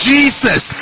Jesus